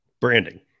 branding